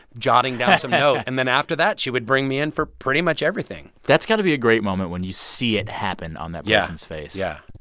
jotting down some note. and then after that, she would bring me in for pretty much everything that's got to be a great moment when you see it happen on that yeah person's face yeah